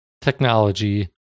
technology